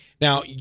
now